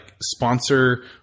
sponsor